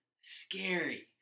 scary